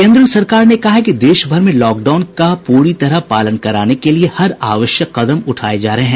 केंद्र सरकार ने कहा है कि देशभर में लॉकडाउन का पूरी तरह पालन कराने के लिये हर आवश्यक कदम उठाये जा रहे हैं